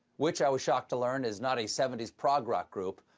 which, i was shocked to learn is not a seventy s prog-rock group.